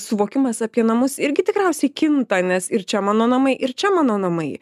suvokimas apie namus irgi tikriausiai kinta nes ir čia mano namai ir čia mano namai